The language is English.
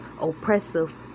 oppressive